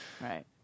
Right